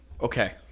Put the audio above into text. Okay